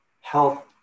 health